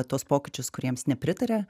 tuos pokyčius kuriems nepritaria